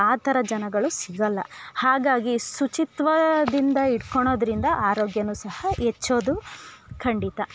ಆ ಥರ ಜನಗಳು ಸಿಗೋಲ್ಲ ಹಾಗಾಗಿ ಶುಚಿತ್ವದಿಂದ ಇಟ್ಕೊಳೋದ್ರಿಂದ ಆರೋಗ್ಯ ಸಹ ಹೆಚ್ಚೋದು ಖಂಡಿತ